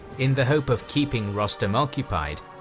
in the hope of keeping rostam occupied,